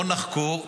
בואו נחקור,